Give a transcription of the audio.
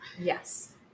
Yes